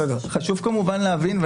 חשוב כמובן להבין,